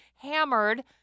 Hammered